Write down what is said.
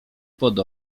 pod